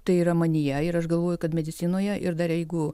tai yra manyje ir aš galvoju kad medicinoje ir dar jeigu